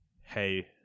Hey